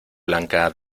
blanca